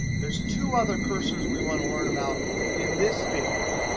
there's two other cursors we want to learn about in this video.